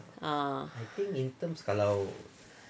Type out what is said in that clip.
uh